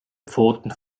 pfoten